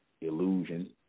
illusion